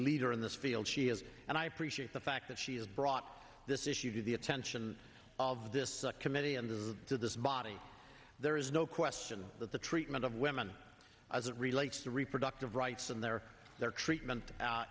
leader in this field she has and i appreciate the fact that she has brought this issue to the attention of this committee and to this body there is no question that the treatment of women as it relates to reproductive rights and their their treatment